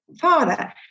father